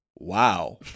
Wow